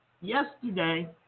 Yesterday